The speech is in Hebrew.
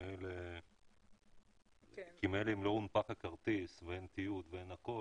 מילא אם לא הונפק הכרטיס ואין הכול,